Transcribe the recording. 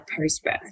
post-birth